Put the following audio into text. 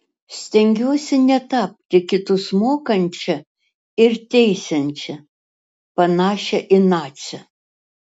stengiuosi netapti kitus mokančia ir teisiančia panašia į nacę